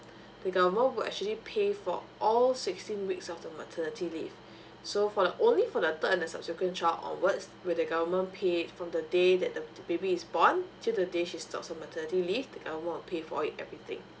the government will actually pay for all sixteen weeks of the maternity leave so for the only for the third and the subsequent onwards will the government pay from the day that the baby is born till the day she stops her maternity leave the government will pay for it everything